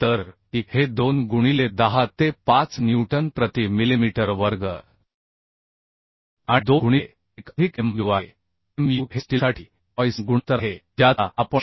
तर E हे 2 गुणिले 10 ते 5 न्यूटन प्रति मिलिमीटर वर्ग आणि 2 गुणिले 1 अधिक mu आहे mu हे स्टीलसाठी पॉइसन गुणोत्तर आहे ज्याचा आपण 0